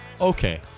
Okay